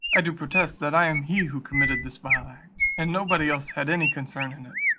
i do protest that i am he who committed this vile act, and nobody else had any concern in it.